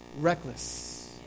Reckless